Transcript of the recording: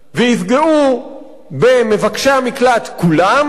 ויפגעו במבקשי המקלט כולם.